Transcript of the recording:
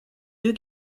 deux